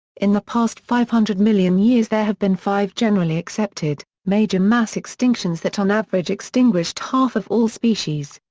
in the past five hundred million years there have been five generally accepted, major mass extinctions that on average extinguished half of all species.